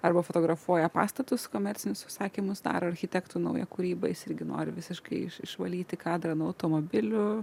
arba fotografuoja pastatus komercinius užsakymus daro architektų nauja kūryba jis irgi nori visiškai iš išvalyti kadrą nuo automobilių